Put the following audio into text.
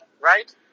right